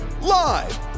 live